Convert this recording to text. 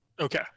Okay